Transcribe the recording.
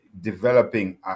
developing